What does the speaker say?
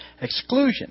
exclusion